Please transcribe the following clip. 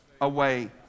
away